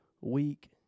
week